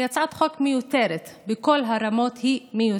זו הצעת חוק מיותרת, בכל הרמות היא מיותרת.